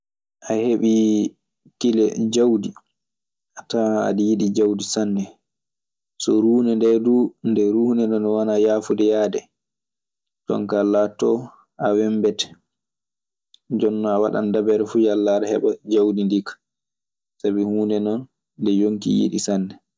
A heɓii tile jawdi, a tawan aɗe yiɗi jawdi sanne. So ruunde nde duu, nde ruunde nde wanaa yaafunde yahde. Jon kaa laatoto a wembete. Jooni non a waɗan dabere fuu yalla aɗe heɓa jawdi ndii kaa. Sabi huunde non nde yonki yiɗi sanne.